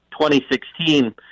2016